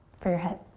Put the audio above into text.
for your head.